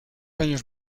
años